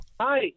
Hi